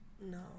No